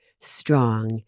strong